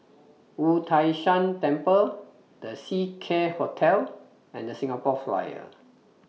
Wu Tai Shan Temple The Seacare Hotel and The Singapore Flyer